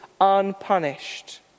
unpunished